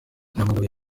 nyamagabe